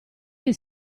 che